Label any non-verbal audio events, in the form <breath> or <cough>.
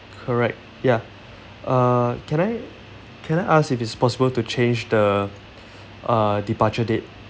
correct ya uh can I can I ask if it's possible to change the <breath> uh departure date